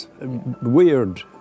weird